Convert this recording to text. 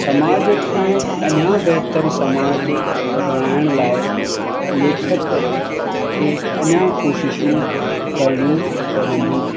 समाज खे अञा बहितर समाज बणाइण लाइ लेखक खे अञा कोशिशूं करणियूं पवंदियूं